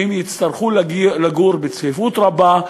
שהן יצטרכו לגור בצפיפות רבה,